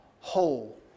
whole